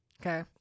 Okay